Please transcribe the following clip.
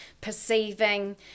perceiving